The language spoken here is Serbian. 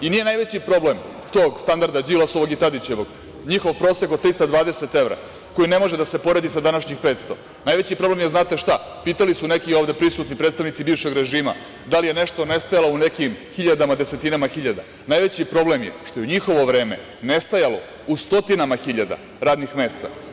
Nije najveći problem tog standarda Đilasovog i Tadićevog njihov prosek od 320 evra, koji ne može da se poredi sa današnjih 500, najveći problem je znate šta, pitali su neki ovde prisutni predstavnici bivšeg režima, da li je nešto nestajalo u nekim hiljadama, desetinama hiljada, najveći problem je što je u njihovo vreme nestajalo u stotinama hiljada radnih mesta.